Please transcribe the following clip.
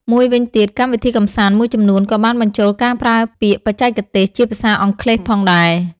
មួយវិញទៀត កម្មវិធីកម្សាន្តមួយចំនួនក៏បានបញ្ចូលការប្រើពាក្យបច្ចេកទេសជាភាសាអង់គ្លេសផងដែរ។